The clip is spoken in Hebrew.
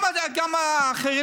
גם האחרים,